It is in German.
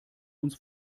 uns